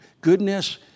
goodness